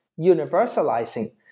universalizing